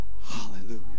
hallelujah